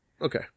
Okay